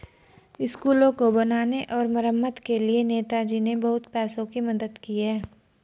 स्कूलों को बनाने और मरम्मत के लिए नेताजी ने बहुत पैसों की मदद की है